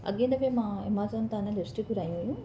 अॻे दफ़े मां अमेज़ॉन त न लिपस्टिक घुराई हुई